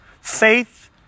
faith